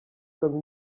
comme